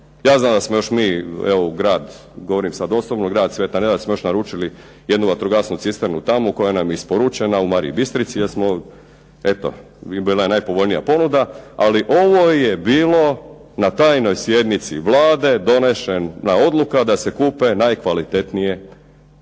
Ja znam da smo još mi evo u grad, govorim sad osobno grad Sveta Nedelja smo još naručili jednu vatrogasnu cisternu tamo koja nam je isporučena u Mariji Bistrici, jer smo eto bila je najpovoljnija ponuda. Ali ovo je bilo na tajnoj sjednici Vlade donešena odluka da se kupe najkvalitetnije